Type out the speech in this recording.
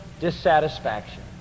dissatisfaction